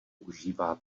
užívá